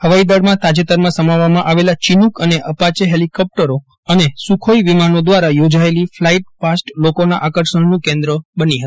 હવાઇદળમાં તાજેતરમાં સમાવવામાં આવેલા ચીનુક ને પાચે હેલીકોપ્ટરો ને સુખોઇ વિમાનો દ્વારા યોજાયલી ફલાઇ પાસ્ટ લોકોના આકર્ષણનુ કેન્દ્ર બની હતી